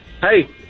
Hey